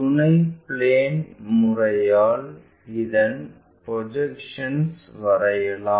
துணை பிளேன் முறையால் அதன் ப்ரொஜெக்ஷன்ஸ் வரையலாம்